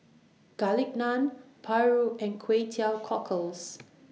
Garlic Naan Paru and Kway Teow Cockles